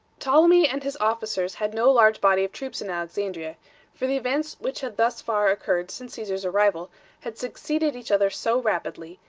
ptolemy and his officers had no large body of troops in alexandria for the events which had thus far occurred since caesar's arrival had succeeded each other so rapidly,